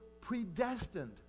predestined